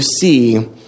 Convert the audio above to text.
see